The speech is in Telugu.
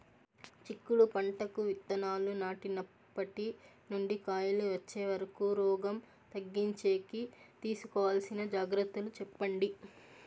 చిక్కుడు పంటకు విత్తనాలు నాటినప్పటి నుండి కాయలు వచ్చే వరకు రోగం తగ్గించేకి తీసుకోవాల్సిన జాగ్రత్తలు చెప్పండి?